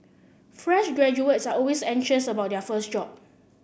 fresh graduates are always anxious about their first job